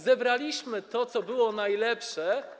Zebraliśmy to, co było najlepsze.